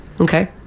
Okay